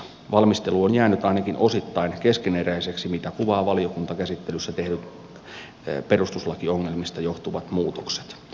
valmistelu on jäänyt ainakin osittain keskeneräiseksi mitä kuvaavat valiokuntakäsittelyssä tehdyt perustuslakiongelmista johtuvat muutokset